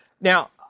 Now